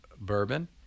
Bourbon